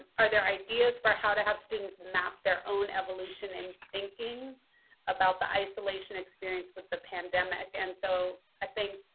are their ideas for how to have students map their own evolution in thinking about the isolation experience with the pandemic? and so i think